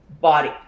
body